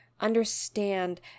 understand